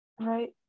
Right